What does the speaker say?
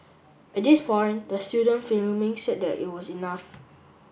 at this point the student filming said that it was enough